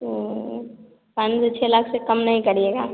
पाँच से छः लाख से कम नहीं करिएगा